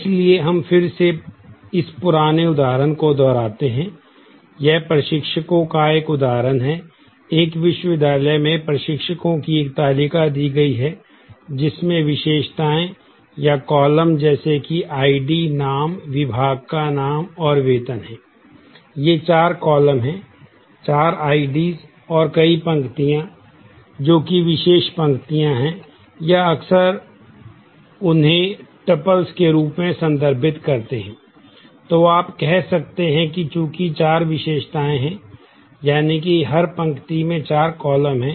इसलिए हम फिर से इस पुराने उदाहरण को दोहराते हैं यह प्रशिक्षकों का एक उदाहरण है एक विश्वविद्यालय में प्रशिक्षकों की एक तालिका दी गई है जिसमें विशेषताएँ या कॉलम हैं